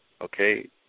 okay